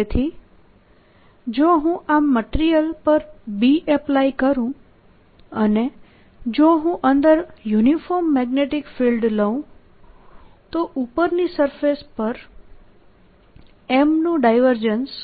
તેથી જો હું આ મટીરીયલ પર B એપ્લાય કરું અને જો હું અંદર યુનિફોર્મ મેગ્નેટીક ફિલ્ડ લઉં તો ઉપરની સરફેસ પર M નું ડાયવર્જન્સ